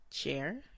Chair